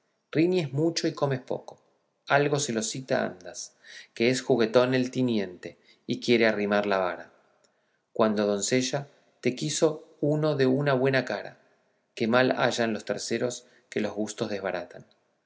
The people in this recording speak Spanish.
riñes mucho y comes poco algo celosita andas que es juguetón el tiniente y quiere arrimar la vara cuando doncella te quiso uno de una buena cara que mal hayan los terceros que los gustos desbaratan